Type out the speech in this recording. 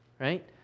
right